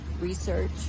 research